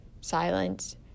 silence